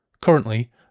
Currently